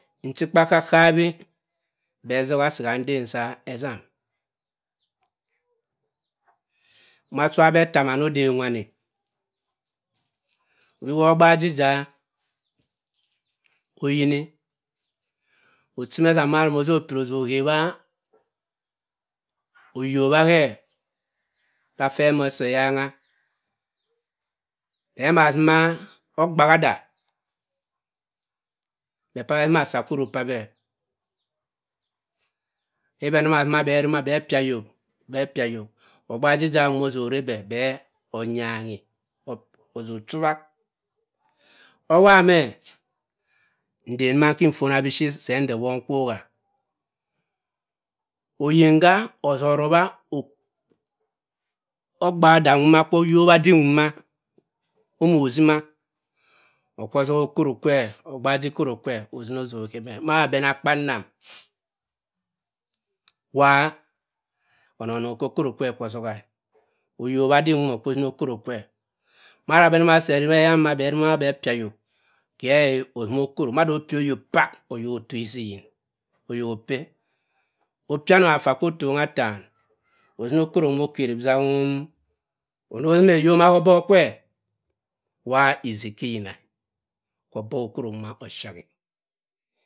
Nchi-kpa kaab kaabi bhe asoha se ka nden sa essam, ma cha uwa abhe affaa' maan odem wani obi wa ogbajija oyini ochini essam ma oso piryi oso ohewa oyobwa ke da abhe ama asi eyanga bhe ama asima ogbahada bhe pa abhe asim asi akoro pa bhe. obi bhe amama asima bhe api ayok bhe api ayok ogbajija oso orr'e bhe, bhe oyiongi ozo ochuwa. owowa me ndn nnuma nki phona biphir se nda ewon kwoha, oyin ga osor ruwa ogbaada nwuma kwa oyobba dim nguma omo sima okwor osoha okoro kwe ogbaaji koro kwe osini ozo ohe me, ma bhe ama akpannam, wa onong onong oko okoro kwe okwor osoha-e oyobba dim nwuma okwu ozini okoro kwe mada abhe amama asi arima yanga abuma, bhe rima bhe api ayok ke ozima okoro mada opi oyok pak oyok otto oyok izi iyin. oyok oppe, opi anong affa kwo offong attan ozini okoro nwuma okeri bi zaum. onor osime oyoma ka obok kwe, wa izi iki iyina-e oboha okoro nwuma ophiakk'-e.